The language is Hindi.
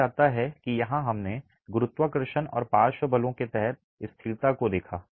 कहा जाता है कि यहाँ हमने गुरुत्वाकर्षण और पार्श्व बलों के तहत स्थिरता को देखा